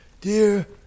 Dear